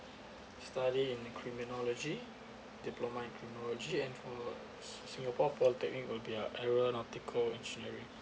study in criminology diploma in criminology and for singapore polytechnic will be uh aeronautical engineering